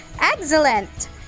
Excellent